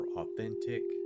authentic